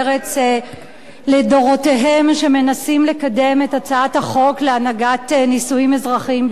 לדורותיהם שמנסים לקדם את הצעת החוק להנהגת נישואים אזרחיים בישראל,